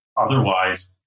Otherwise